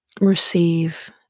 receive